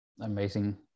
Amazing